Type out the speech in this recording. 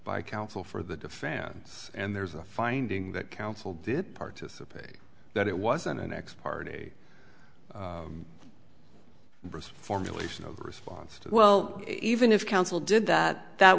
by counsel for the defense and there's a finding that counsel did participate that it wasn't an ex parte bruce formulation of response to well even if counsel did that